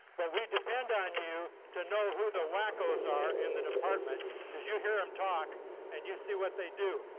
but we depend on you to know who the wackos are in the department because you hear them um talk and you see what they do.